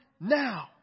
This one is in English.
now